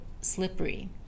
slippery